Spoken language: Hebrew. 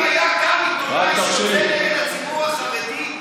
אם היה קם עיתונאי שיוצא נגד הציבור החרדי,